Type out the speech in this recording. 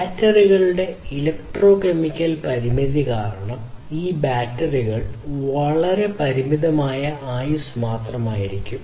ബാറ്ററികളുടെ electrochemical പരിമിതി കാരണം ഈ ബാറ്ററികൾ വളരെ പരിമിതമായ ആയുസ്സ് മാത്രമായിരിക്കും